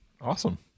Awesome